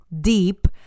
deep